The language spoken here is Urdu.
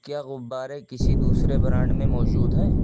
کیا غبارے کسی دوسرے برانڈ میں موجود ہیں